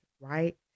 right